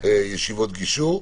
ישיבות גישור.